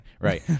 right